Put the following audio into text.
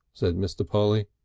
said mr. polly.